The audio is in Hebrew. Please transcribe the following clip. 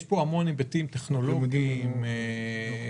יש פה המון היבטים טכנולוגיים ואחרים.